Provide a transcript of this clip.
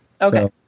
Okay